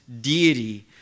deity